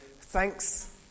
Thanks